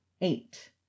eight